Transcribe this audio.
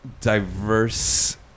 diverse